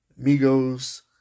Migos